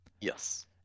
Yes